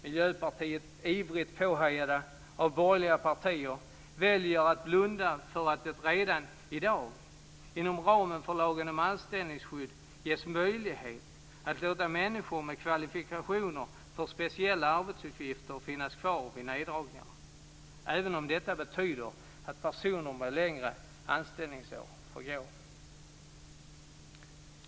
Miljöpartiet, livligt påhejat av borgerliga partier, väljer att blunda för att det redan i dag inom ramen för lagen om anställningsskydd ges möjlighet att låta människor med kvalifikationer för speciella arbetsuppgifter finnas kvar vid neddragningar, även om det betyder att personer med längre anställningstid får gå.